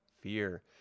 Fear